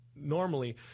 normally